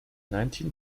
nineteen